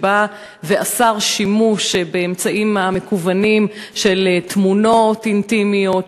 שאסר שימוש באמצעים המקוונים של תמונות אינטימיות,